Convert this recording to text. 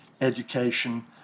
education